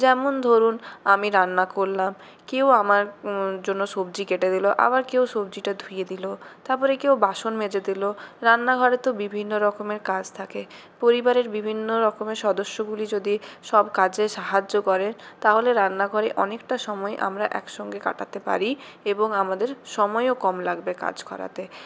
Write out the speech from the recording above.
যেমন ধরুন আমি রান্না করলাম কেউ আমার জন্য সবজি কেটে দিল আবার কেউ সবজিটা ধুয়ে দিল তারপরে কেউ বাসন মেজে দিল রান্না ঘরে তো বিভিন্ন রকমের কাজ থাকে পরিবারের বিভিন্ন রকমের সদস্যগুলি যদি সব কাজে সাহায্য করে তাহলে রান্নাঘরে অনেকটা সময় আমরা একসাথে কাটাতে পারি এবং আমাদের সময়ও কম লাগবে কাজ করাতে